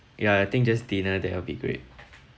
ya I think just dinner there will be great